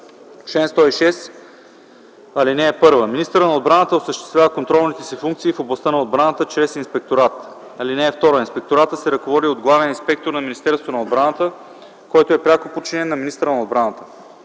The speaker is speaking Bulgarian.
106. (1) Министърът на отбраната осъществява контролните си функции в областта на отбраната чрез инспекторат. (2) Инспекторатът се ръководи от главен инспектор на Министерството на отбраната, който е пряко подчинен на министъра на отбраната.